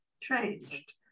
changed